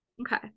Okay